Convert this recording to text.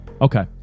Okay